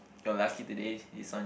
you're lucky today it's on